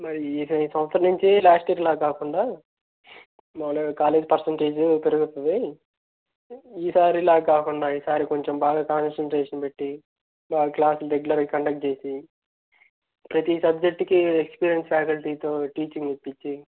మరి ఇక ఈ సంవత్సరం నించి లాస్ట్ ఇయర్లా కాకుండా మన కాలేజ్ పర్సెంటేజు పెరుగుతుంది ఈ సారిలా కాకుండా ఈ సారి కొంచెం బాగా కాన్సంట్రేషన్ పెట్టి బాగ క్లాస్లు రెగ్యులర్గా కండక్ట్ చేసి ప్రతీ సబ్జెక్టుకి ఎక్స్పీరియన్స్ ఫ్యాకల్టీతో టీచింగ్ ఇప్పించి